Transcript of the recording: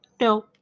No